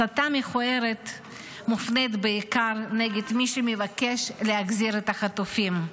הסתה מכוערת מופנית בעיקר נגד מי שמבקש להחזיר את החטופים.